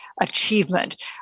achievement